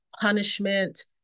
punishment